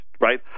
right